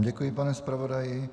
Děkuji vám, pane zpravodaji.